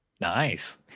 Nice